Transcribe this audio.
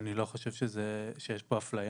אני לא חושב שיש פה אפליה.